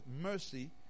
mercy